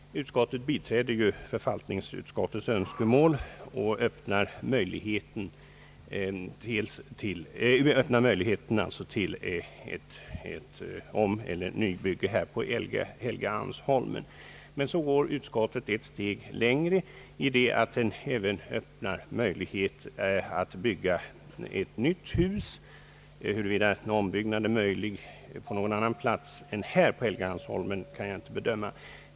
Utskottet biträder förvaltningskontorets önskemål och detta öppnar möjlighet till utredning av ett omeller nybygge här på Helgeandsholmen. Utskottet går sedan ett steg längre, i det att det även vill öppna möjlighet att bygga ett nytt hus någon annan stans. Huruvida en ombyggnad är möjlig på någon annan plats än här på Helgeandsholmen kan jag inte bedöma.